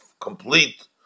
complete